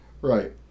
Right